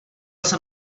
jsem